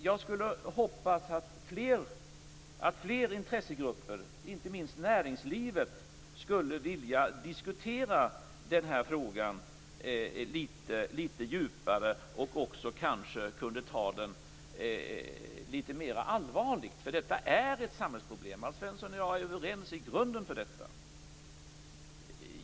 Jag önskar att fler intressegrupper, inte minst näringslivet, skulle vilja diskutera den här frågan litet djupare och kanske också ta den litet mera allvarligt, därför att detta är ett samhällsproblem. Alf Svensson och jag är i grunden överens om detta.